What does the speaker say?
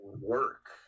work